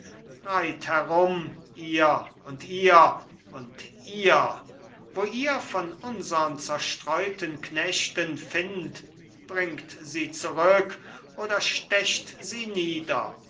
herum ihr und ihr und ihr wo ihr von unsern zerstreuten knechten findt bringt sie zurück oder stecht sie nieder